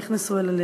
נכנסו אל הלב.